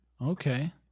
Okay